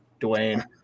Dwayne